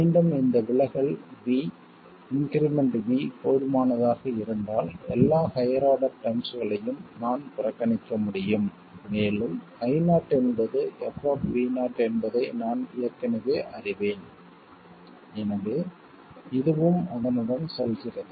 மீண்டும் இந்த விலகல் v இன்க்ரிமெண்ட் v போதுமானதாக இருந்தால் எல்லா ஹையர் ஆர்டர் டெர்ம்ஸ்களையும் நான் புறக்கணிக்க முடியும் மேலும் I0 என்பது f என்பதை நான் ஏற்கனவே அறிவேன் எனவே இதுவும் அதனுடன் செல்கிறது